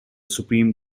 supreme